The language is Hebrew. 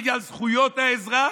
בגלל זכויות האזרח?